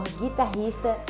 guitarrista